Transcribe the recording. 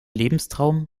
lebenstraum